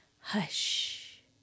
hush